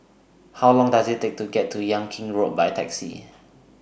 How Long Does IT Take to get to Yan Kit Road By Taxi